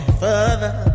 further